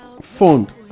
fund